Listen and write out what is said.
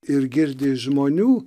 ir girdi iš žmonių